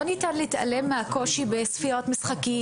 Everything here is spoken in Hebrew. לא ניתן להתעלם מהקושי במשחקים,